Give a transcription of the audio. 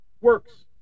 works